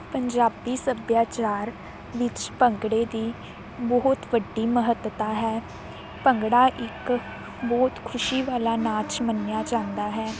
ਪੰਜਾਬੀ ਸੱਭਿਆਚਾਰ ਵਿੱਚ ਭੰਗੜੇ ਦੀ ਬਹੁਤ ਵੱਡੀ ਮਹੱਤਤਾ ਹੈ ਭੰਗੜਾ ਇੱਕ ਬਹੁਤ ਖੁਸ਼ੀ ਵਾਲਾ ਨਾਚ ਮੰਨਿਆ ਜਾਂਦਾ ਹੈ